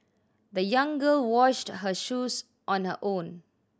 the young girl washed her shoes on her own